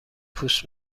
پوست